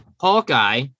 Hawkeye